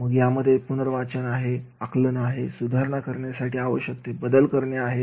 मग यामध्ये पुनर्वाचन आहे आकलन आहे सुधारणा करण्यासाठी आवश्यक ते बदल करणे आवश्यक आहे